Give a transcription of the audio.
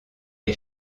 les